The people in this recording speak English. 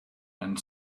and